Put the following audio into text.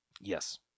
Yes